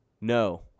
No